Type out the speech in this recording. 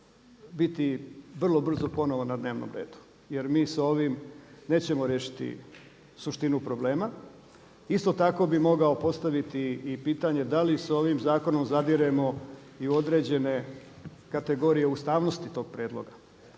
biti vrlo brzo ponovno na dnevnom redu jer mi sa ovim nećemo riješiti suštinu problema. Isto tako bi mogao postaviti i pitanje da li sa ovim zakonom zadiremo i u određene kategorije ustavnosti tog prijedloga.